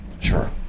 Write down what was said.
Sure